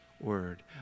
word